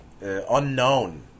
unknown